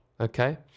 Okay